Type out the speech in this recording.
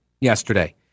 yesterday